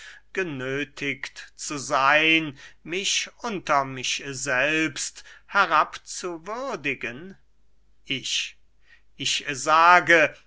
genöthiget zu seyn mich unter mich selbst herabzuwürdigen ich ich sage